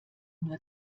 nur